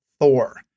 thor